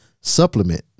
supplement